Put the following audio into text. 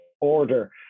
order